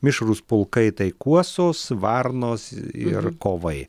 mišrūs pulkai tai kuosos varnos ir kovai